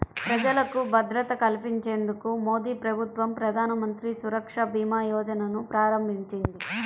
ప్రజలకు భద్రత కల్పించేందుకు మోదీప్రభుత్వం ప్రధానమంత్రి సురక్ష భీమా యోజనను ప్రారంభించింది